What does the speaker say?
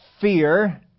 fear